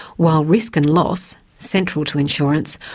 while risk and loss, central to insurance,